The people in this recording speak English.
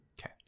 Okay